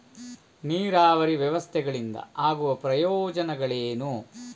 ನೀರಾವರಿ ವ್ಯವಸ್ಥೆಗಳಿಂದ ಆಗುವ ಪ್ರಯೋಜನಗಳೇನು?